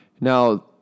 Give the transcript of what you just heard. Now